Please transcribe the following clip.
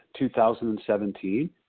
2017